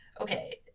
okay